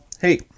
Hey